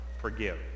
Forgive